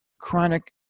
chronic